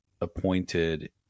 appointed